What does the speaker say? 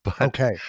Okay